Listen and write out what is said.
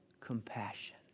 compassion